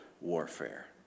warfare